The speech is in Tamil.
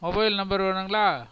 மொபைல் நம்பர் வேணுங்களா